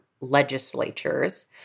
legislatures